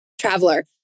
Traveler